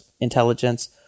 intelligence